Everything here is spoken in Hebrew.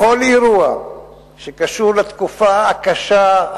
בכל אירוע שקשור לתקופה הקשה,